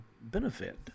benefit